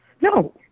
No